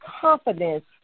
confidence